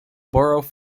borough